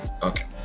Okay